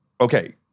okay